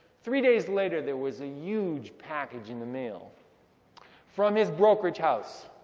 three days later there was a huge package in the mail from his brokerage house.